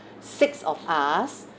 six of us